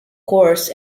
coarse